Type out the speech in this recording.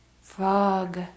Frog